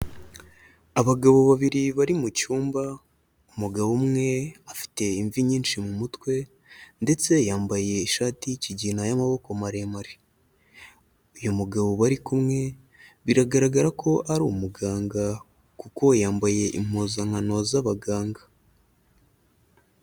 Abagabo babiri bari mu cyumba, umugabo umwe afite imvi nyinshi mu mutwe ndetse yambaye ishati y'ikigina y'amaboko maremare. Uyu mugabo bari kumwe biragaragara ko ari umuganga kuko yambaye impuzankano z'abaganga.